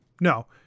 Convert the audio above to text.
no